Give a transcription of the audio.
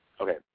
okay